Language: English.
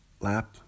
Lap